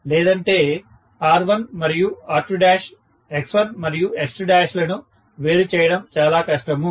లేదంటే R1 మరియు R2 X1 మరియు X2 లను వేరు చేయడం చాలా కష్టము